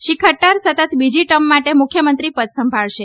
શ્રી ખદર સતત બીજી ટર્મ માટે મુખ્યમંત્રી પદ સંભાળશે